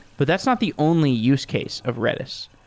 but that's not the only use case of redis.